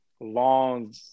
long